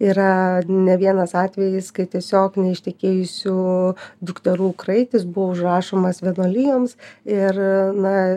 yra ne vienas atvejis kai tiesiog neištekėjusių dukterų kraitis buvo užrašomas vienuolijoms ir na